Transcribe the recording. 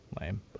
Lame